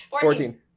Fourteen